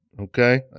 okay